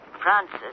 Francis